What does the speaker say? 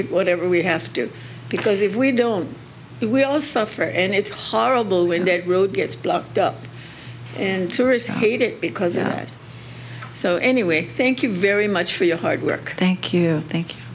it whatever we have to do because if we don't we all suffer and it's horrible when the road gets blocked up and tourism hate it because it so anyway thank you very much for your hard work thank you thank